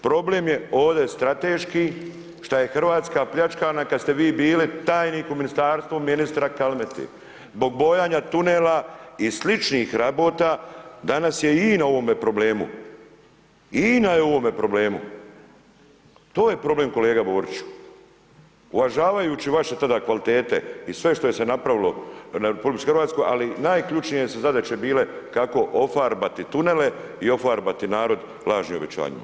Problem je ovdje strateški, šta je RH pljačkana kad ste vi bili tajnik u ministarstvu ministra Kalmete, zbog bojanja tunela i sličnih rabota, danas je i INA u ovome problemu, i INA je u ovome problemu, to je problem kolega Boriću, uvažavajući vaše tada kvalitete i sve što je se napravilo u RH, ali najključnije su zadaće bile kako ofarbati tunele i ofarbati narod lažnim obećanjima.